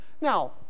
Now